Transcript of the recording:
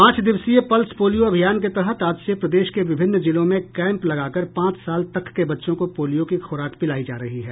पांच दिवसीय pulse polio अभियान के तहत आज से प्रदेश के विभिन्न जिलों में कैम्प लगाकर पांच साल तक के बच्चों को पोलियो की खुराक पिलाई जा रही है